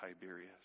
Tiberius